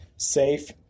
safe